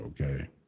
okay